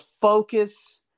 focus